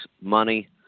money